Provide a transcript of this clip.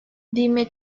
dime